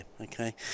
Okay